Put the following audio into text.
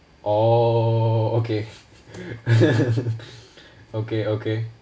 orh okay okay okay